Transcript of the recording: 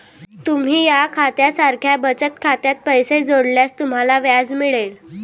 तुम्ही या खात्या सारख्या बचत खात्यात पैसे जोडल्यास तुम्हाला व्याज मिळेल